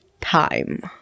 time